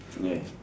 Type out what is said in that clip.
ya